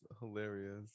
hilarious